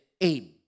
aim